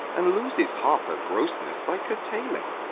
and loses half her grossness by curtailing.